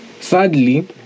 Sadly